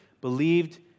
believed